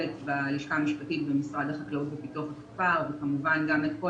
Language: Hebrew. בלשכה המשפטית במשרד החקלאות ופיתוח הכפר וכמובן גם את כל